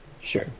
Sure